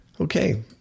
Okay